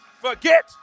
forget